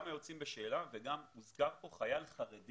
גם היוצאים בשאלה וגם הוזכר כאן חייל חרדי